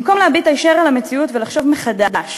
במקום להביט היישר אל המציאות ולחשוב מחדש,